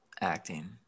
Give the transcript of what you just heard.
acting